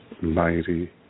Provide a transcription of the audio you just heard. Mighty